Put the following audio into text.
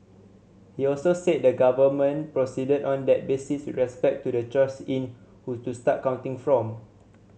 he also said the government proceeded on that basis respect to the choice in who to start counting from